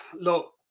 Look